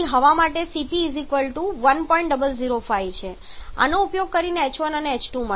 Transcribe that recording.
005 છે આનો ઉપયોગ કરીને આપણને h1 અને h2 મળે છે